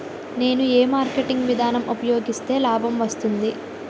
నేను ఏ మార్కెటింగ్ విధానం ఉపయోగిస్తే లాభం వస్తుంది?